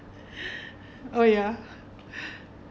oh ya